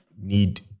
need